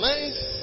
Nice